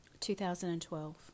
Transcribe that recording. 2012